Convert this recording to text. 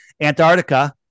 Antarctica